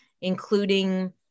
including